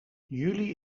juli